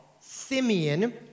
Simeon